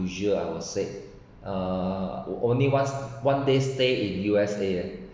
~usual I will say uh only one one day stay in U_S_A